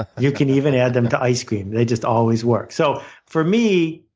you can even add them to ice cream they just always work. so for me,